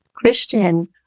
Christian